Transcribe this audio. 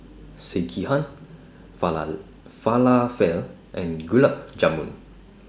Sekihan Falafel and Gulab Jamun